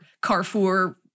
Carrefour